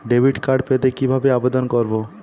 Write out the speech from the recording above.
Debit card পেতে কি ভাবে আবেদন করব?